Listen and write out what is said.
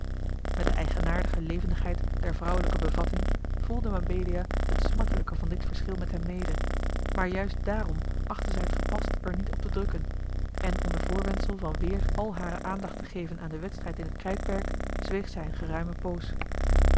met de eigenaardige levendigheid der vrouwelijke bevatting voelde mabelia het smartelijke van dit verschil met hem mede maar juist daarom achtte zij het gepast er niet op te drukken en onder voorwendsel van weêr al hare aandacht te geven a l g bosboom-toussaint de delftsche wonderdokter eel aan den wedstrijd in het krijtperk zweeg zij een geruime poos